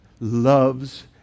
loves